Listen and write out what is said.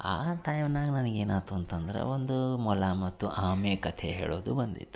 ಆ ಟೈಮ್ನಾಗ ನನಗೇನು ಆಯ್ತು ಅಂತಂದ್ರೆ ಒಂದು ಮೊಲ ಮತ್ತು ಆಮೆ ಕಥೆ ಹೇಳೋದು ಬಂದಿತ್ತು